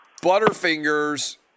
Butterfingers